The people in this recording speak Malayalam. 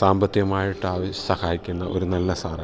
സാമ്പത്തികമായിട്ട് ആ സഹായിക്കുന്ന ഒരു നല്ല സാറ